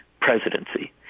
presidency